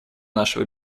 нашего